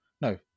No